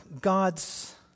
God's